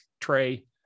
tray